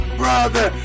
brother